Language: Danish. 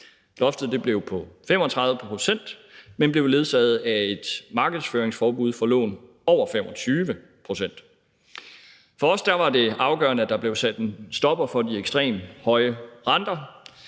Loftet blev på 35 pct., men blev ledsaget af et markedsføringsforbud for lån med renter på over 25 pct. For os var det afgørende, at der blev sat en stopper for de ekstremt høje renter,